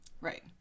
Right